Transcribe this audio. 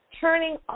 Turning